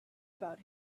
about